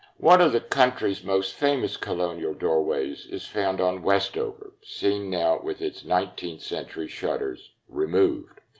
one of the country's most famous colonial doorways is found on westover, seen now with its nineteenth century shutters removed.